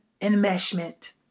enmeshment